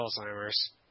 Alzheimer's